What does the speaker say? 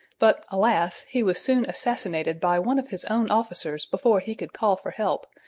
but, alas! he was soon assassinated by one of his own officers before he could call for help,